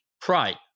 pride